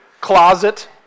closet